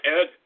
Ed